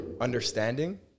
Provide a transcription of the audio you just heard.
understanding